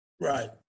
Right